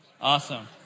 Awesome